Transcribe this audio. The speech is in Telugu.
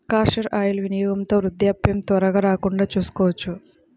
కాస్టర్ ఆయిల్ వినియోగంతో వృద్ధాప్యం త్వరగా రాకుండా చూసుకోవచ్చు